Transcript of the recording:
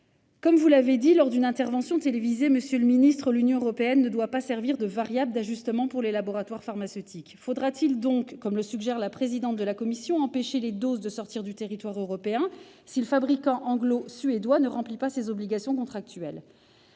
Comme vous l'avez dit lors d'une intervention télévisée, monsieur le secrétaire d'État, l'Union européenne ne doit pas servir de « variable d'ajustement » pour les laboratoires pharmaceutiques. Faudra-t-il donc, comme le suggère la présidente de la Commission, empêcher les doses de sortir du territoire européen si le fabricant anglo-suédois ne remplit pas ses obligations contractuelles ?